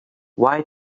why